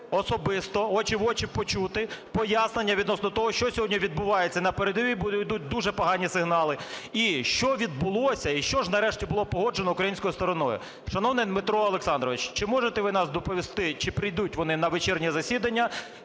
особисто очі-в-очі почути пояснення відносно того, що сьогодні відбувається на передовій. Бо ідуть дуже погані сигнали. І що відбулося, і що ж, нарешті, було погоджено українською стороною? Шановний Дмитро Олександрович, чи можете ви нам доповісти, чи прийдуть вони на вечірнє засідання?